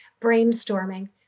brainstorming